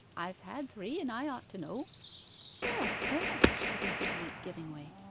i've had three, and i ought to know well, well said mrs. leat, giving way.